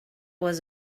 was